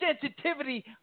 sensitivity